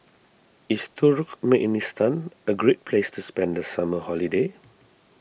is Turkmenistan a great place to spend the summer holiday